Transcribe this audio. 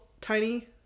tiny